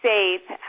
safe